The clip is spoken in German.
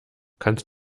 kannst